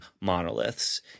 Monoliths